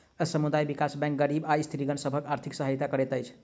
समुदाय विकास बैंक गरीब आ स्त्रीगण सभक आर्थिक सहायता करैत अछि